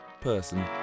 person